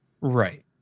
Right